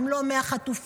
אם לא 100 חטופים,